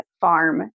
farm